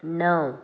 णव